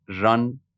run